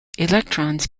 electrons